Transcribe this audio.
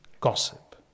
gossip